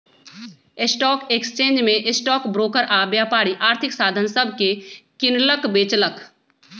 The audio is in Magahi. स्टॉक एक्सचेंज में स्टॉक ब्रोकर आऽ व्यापारी आर्थिक साधन सभके किनलक बेचलक